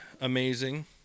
amazing